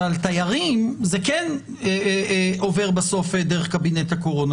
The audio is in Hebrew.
שעל תיירים זה כן עובר בסוף דרך קבינט הקורונה,